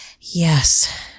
yes